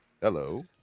Hello